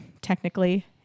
technically